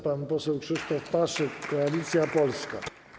Pan poseł Krzysztof Paszyk, Koalicja Polska.